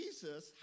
Jesus